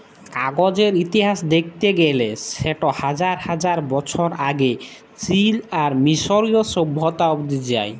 কাগজের ইতিহাস দ্যাখতে গ্যালে সেট হাজার হাজার বছর আগে চীল আর মিশরীয় সভ্যতা অব্দি যায়